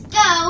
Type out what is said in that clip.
go